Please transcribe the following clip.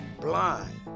blind